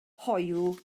hoyw